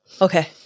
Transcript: Okay